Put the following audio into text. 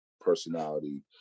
personality